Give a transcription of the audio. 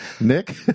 Nick